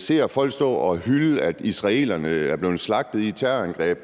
ser folk stå og hylde, at israelerne er blevet slagtet i et terrorangreb,